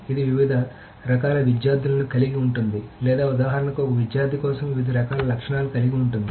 ఇది వివిధ రకాల విద్యార్థులను కలిగి ఉంటుంది లేదా ఉదాహరణకు ఒక విద్యార్థి కోసం వివిధ రకాల లక్షణాలను కలిగి ఉంటుంది